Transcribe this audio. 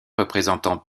représentant